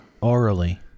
Orally